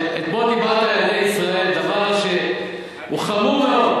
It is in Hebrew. אתמול דיברת על ילדי ישראל דבר שהוא חמור מאוד.